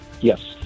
Yes